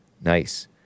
Nice